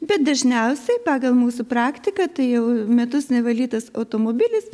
bet dažniausiai pagal mūsų praktiką tai jau metus nevalytas automobilis